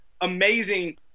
amazing